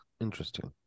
Interesting